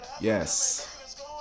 Yes